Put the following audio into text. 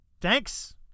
thanks